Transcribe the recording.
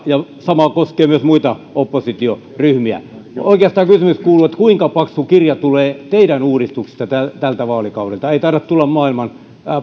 ja sama koskee myös muita oppositioryhmiä oikeastaan kysymys kuuluu kuinka paksu kirja tulee teidän uudistuksistanne tältä vaalikaudelta ei taida tulla maailman